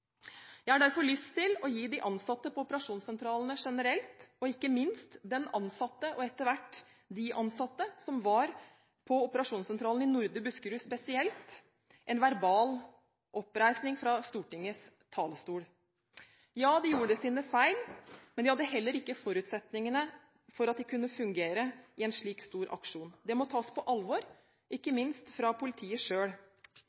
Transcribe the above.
Jeg har derfor lyst til å gi de ansatte på operasjonssentralene generelt, og ikke minst den ansatte og etter hvert de ansatte som var på operasjonssentralen i Nordre Buskerud spesielt, en verbal oppreisning fra Stortingets talerstol. Ja, de gjorde sine feil, men de hadde heller ikke forutsetningene for at de kunne fungere i en slik stor aksjon. Det må tas på alvor, ikke